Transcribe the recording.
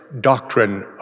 doctrine